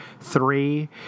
three